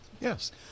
Yes